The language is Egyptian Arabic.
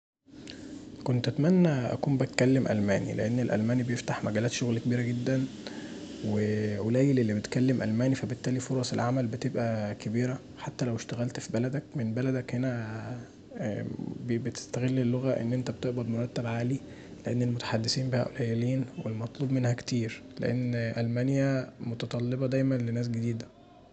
كنت أتمني اكون بتكلم ألماني، لأن الألماني بيفتح مجالات شغل كبيره جدا وقليل اللي بيتكلم ألماني فبالتالي فرص العمل بتبقي كبيره حتي لو اشتغلت في بلدك من بلدك هنا بتستغل اللغه ان انت بتقبض مرتب عالي لان المتحدثين بيها صليلين والمطلوب منها كتير، لان ألمانيا متطلبه دايما لناس جديده.